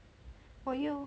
will you